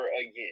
again